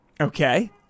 Okay